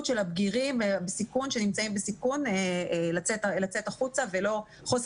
של הבגירים שנמצאים בסיכון לצאת החוצה וחוסר